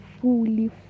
fully